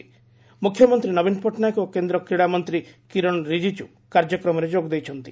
ମ୍ରଖ୍ୟମନ୍ତ୍ରୀ ନବୀନ ପଟ୍ଟନାୟକ ଓ କେନ୍ଦ୍ର କୀଡ଼ା ମନ୍ତ୍ରୀ କିରନ୍ ରିଜିଜ୍ଜୁ କାର୍ଯ୍ୟକ୍ରମରେ ଯୋଗ ଦେଇଛନ୍ତି